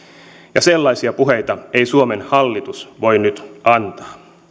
ja sellaisia puheita ei suomen hallitus voi nyt antaa